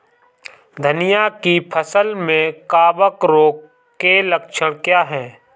धनिया की फसल में कवक रोग के लक्षण क्या है?